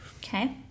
Okay